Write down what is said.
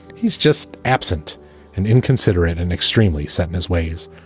he's just absent and inconsiderate and extremely set in his ways.